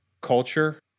culture